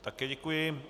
Také děkuji.